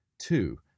Two